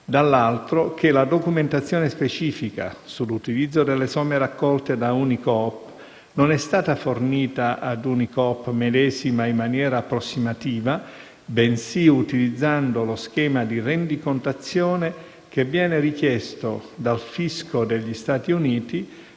dall'altro, che la documentazione specifica sull'utilizzo delle somme raccolte da Unicoop non è stata fornita a Unicoop medesima in maniera approssimativa, bensì utilizzando lo schema di rendicontazione che viene richiesto dal fisco degli Stati Uniti